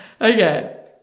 Okay